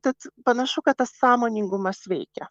tad panašu kad tas sąmoningumas veikia